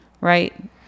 right